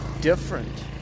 Different